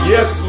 Yes